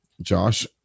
Josh